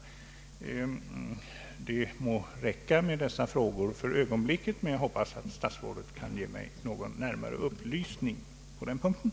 Det må räcka med dessa frågor för ögonblicket, men jag hoppas att statsrådet ger mig närmare upplysningar på dessa punkter.